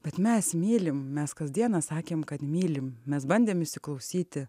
kad mes mylim mes kasdieną sakėm kad mylim mes bandėm įsiklausyti